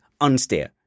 unsteer